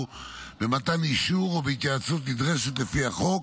במתן אישור או בהתייעצות נדרשת לפי החוק